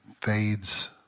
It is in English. fades